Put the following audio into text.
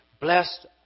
Blessed